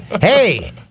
Hey